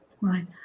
right